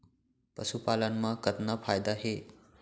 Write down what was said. पशुपालन मा कतना फायदा हे?